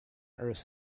earth